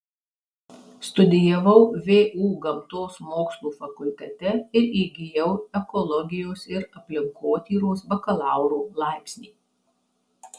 studijavau vu gamtos mokslų fakultete ir įgijau ekologijos ir aplinkotyros bakalauro laipsnį